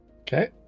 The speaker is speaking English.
Okay